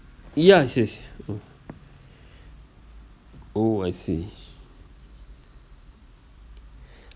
ya she is oh I see